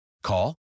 Call